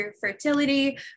fertility